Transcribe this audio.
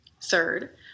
Third